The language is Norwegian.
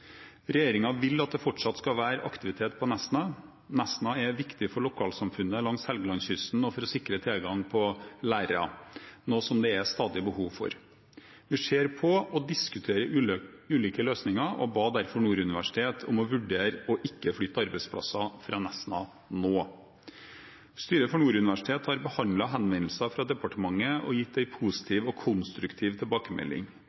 vil at det fortsatt skal være aktivitet på Nesna. Nesna er viktig for lokalsamfunnet langs Helgelandskysten og for å sikre tilgang på lærere, noe det er et stadig behov for. Vi ser på og diskuterer ulike løsninger og ba derfor Nord universitet om å vurdere å ikke flytte arbeidsplasser fra Nesna nå. Styret for Nord universitet har behandlet henvendelsen fra departementet og gitt